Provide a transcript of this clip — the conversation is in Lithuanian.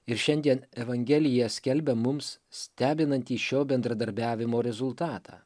ir šiandien evangelija skelbia mums stebinantį šio bendradarbiavimo rezultatą